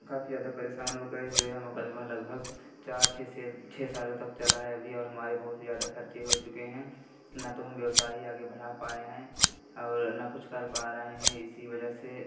काफी ज़्यादा परेशान हो गए जो यह मुक़दमा लगभग चार से छः छः सालों तक चला है अभी और हमारे बहुत ही ज़्यादा ख़र्चे हो चुके हैं ना तो हम व्यवसाय ही आगे बढ़ा पाए हैं और ना कुछ कर पा रहे हैं इसी वजह से